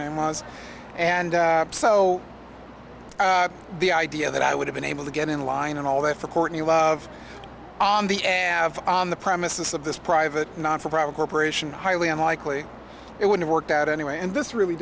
name was and so the idea that i would have been able to get in line and all that for courtney love on the have on the premises of this private nonprofit corporation highly unlikely it would have worked out anyway and this really